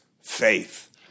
faith